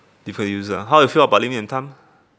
different user ah how you feel about lim and tan